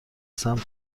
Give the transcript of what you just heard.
سمت